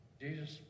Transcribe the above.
Jesus